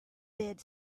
did